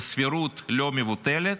בסבירות לא מבוטלת,